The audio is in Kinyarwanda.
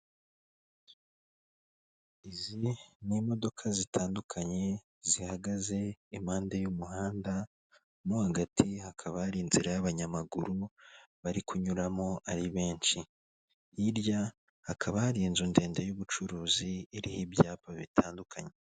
Izi ni imodoka zitandukanye zihagaze impande y'umuhanda mo hagati hakaba hari inzira y'abanyamaguru bari kunyuramo ari benshi, hirya hakaba hari inzu ndende y'ubucuruzi iriho ibyapa bitandukanye.